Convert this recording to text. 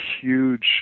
huge